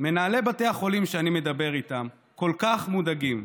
מנהלי בתי החולים שאני מדבר איתם כל כך מודאגים,